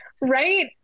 Right